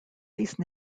these